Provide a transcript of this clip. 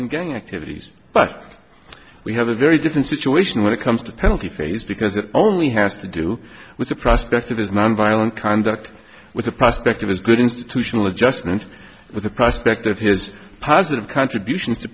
gang activities but we have a very different situation when it comes to penalty phase because it only has to do with the prospect of his nonviolent conduct with the prospect of his good institutional adjustment with the prospect of his positive contributions to